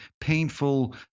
painful